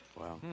Wow